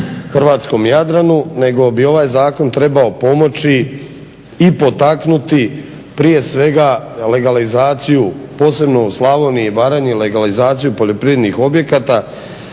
hrvatskom Jadranu, nego bi ovaj zakon trebao pomoći i potaknuti prije svega legalizaciju posebno u Slavoniji i Baranji, legalizaciju poljoprivrednih objekata